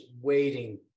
waiting